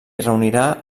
reunirà